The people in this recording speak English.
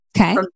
Okay